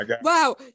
Wow